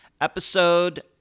episode